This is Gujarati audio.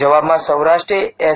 જવાબમાં સૌરાષ્ટ્રે એસ